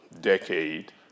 decade